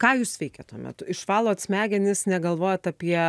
ką jūs veikiat tuo metu išvalot smegenis negalvojat apie